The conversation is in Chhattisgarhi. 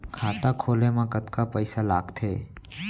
खाता खोले मा कतका पइसा लागथे?